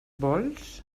vols